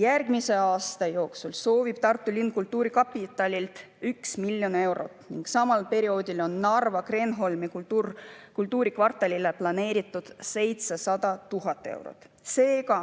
Järgmise aasta jooksul soovib Tartu linn kultuurkapitalilt 1 miljon eurot ning samal perioodil on Narva Kreenholmi kultuurikvartalile planeeritud 700 000 eurot. Seega,